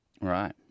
Right